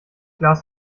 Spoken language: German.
glas